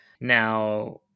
Now